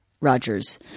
Rogers